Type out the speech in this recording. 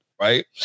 Right